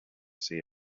see